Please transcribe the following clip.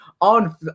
on